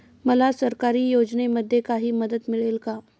मला सरकारी योजनेमध्ये काही मदत मिळेल का?